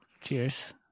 Cheers